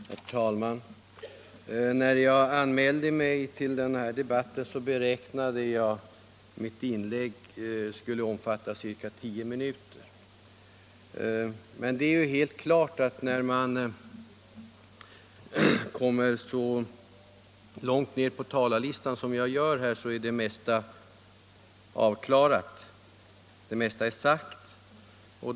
Herr talman! När jag anmälde mig till den här debatten beräknade jag att mitt inlägg skulle omfatta ca 10 minuter. Men det är helt klart att när man kommer så långt ner på talarlistan som jag är det mesta sagt.